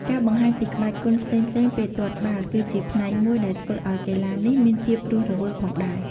ការបង្ហាញពីក្បាច់គុនផ្សេងៗពេលទាត់បាល់ ក៏ជាផ្នែកមួយដែលធ្វើឲ្យកីឡានេះមានភាពរស់រវើកផងដែរ។